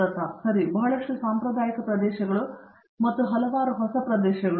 ಪ್ರತಾಪ್ ಹರಿಡೋಸ್ ಸರಿ ಬಹಳಷ್ಟು ಸಾಂಪ್ರದಾಯಿಕ ಪ್ರದೇಶಗಳು ಮತ್ತು ಹಲವಾರು ಹೊಸ ಪ್ರದೇಶಗಳು